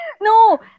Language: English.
No